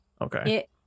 okay